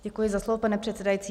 Děkuji za slovo, pane předsedající.